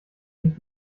nicht